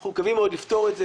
אנחנו מקווים מאוד לפתור את זה.